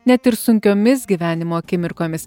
net ir sunkiomis gyvenimo akimirkomis